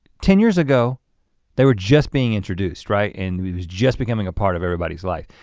ten years ago they were just being introduced, right, and it was just becoming a part of everybody's life.